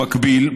במקביל,